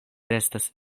restas